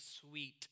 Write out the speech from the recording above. sweet